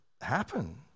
happen